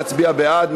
להצביע בעד,